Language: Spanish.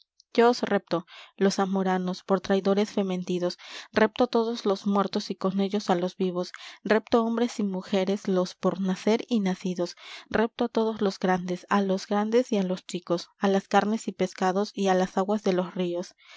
yo os repto los zamoranos por traidores fementidos repto á todos los müertos y con ellos á los vivos repto hombres y mujeres los por nascer y nascidos repto á todos los grandes á los grandes y á los chicos á las carnes y pescados y á las aguas de los ríos